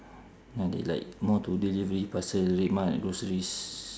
ya they like more to delivery parcel redmart groceries